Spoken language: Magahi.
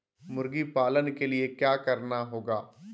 मुर्गी पालन के लिए क्या करना होगा?